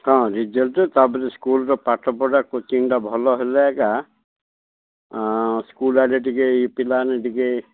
ହଁ ରେଜଲ୍ଟ ତା'ପରେ ସ୍କୁଲର ପାଠପଢ଼ା କୋଚିଙ୍ଗଟା ଭଲ ହେଲେ ଏକା ସ୍କୁଲ ଆଡ଼େ ଟିକେ ଇଏ ପିଲାମାନେ ଟିକେ